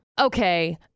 Okay